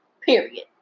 Period